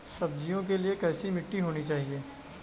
सब्जियों के लिए कैसी मिट्टी होनी चाहिए?